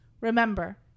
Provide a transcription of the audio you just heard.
remember